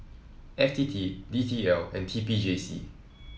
F T T D T L and T P J C